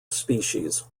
species